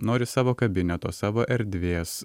nori savo kabineto savo erdvės